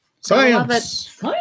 Science